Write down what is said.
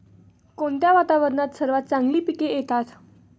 कोणत्या वातावरणात सर्वात चांगली पिके येतात?